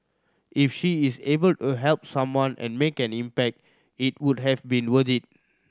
if she is able to help someone and make an impact it would have been worth it